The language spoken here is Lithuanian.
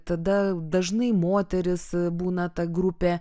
tada dažnai moterys būna ta grupė